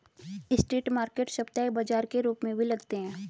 street market साप्ताहिक बाजार के रूप में भी लगते हैं